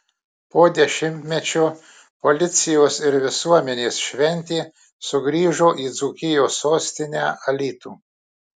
po dešimtmečio policijos ir visuomenės šventė sugrįžo į dzūkijos sostinę alytų